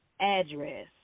address